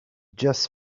just